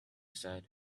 said